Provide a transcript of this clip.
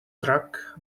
struck